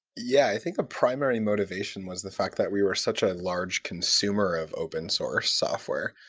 yeah i think a primary motivation was the fact that we were such a large consumer of open-source software.